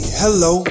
hello